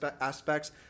aspects